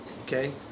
okay